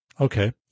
okay